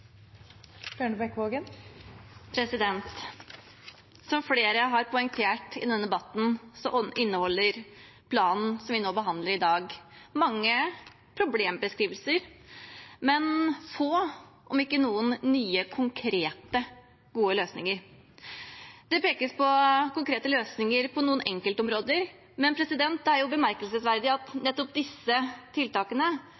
Som flere har poengtert i denne debatten, inneholder planen som vi behandler nå i dag, mange problembeskrivelser, men få – om noen – nye konkrete, gode løsninger. Det pekes på konkrete løsninger på noen enkeltområder, men det er bemerkelsesverdig